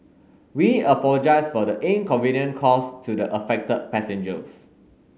we apologise for the inconvenience caused to affected passengers